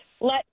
let